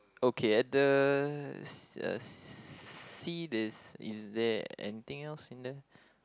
okay at the sea there's is there anything else in there